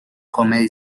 comedy